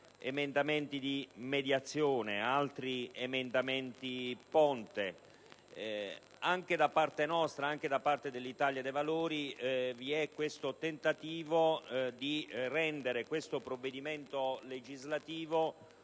emendamenti di mediazione o emendamenti ponte. Anche da parte del Gruppo dell'Italia dei Valori vi è il tentativo di rendere questo provvedimento legislativo